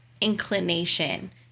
inclination